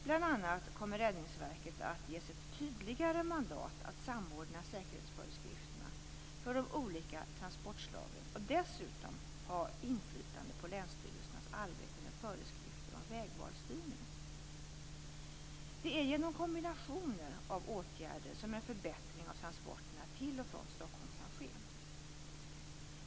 Bl.a. kommer Räddningsverket att ges ett tydligare mandat att samordna säkerhetsföreskrifterna för de olika transportslagen och dessutom ha inflytande på länsstyrelsernas arbete med föreskrifter om vägvalsstyrning. Det är genom kombinationer av åtgärder som en förbättring av transporterna till och från Stockholm kan ske.